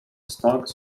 stocks